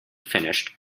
finished